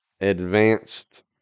advanced